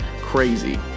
Crazy